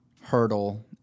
hurdle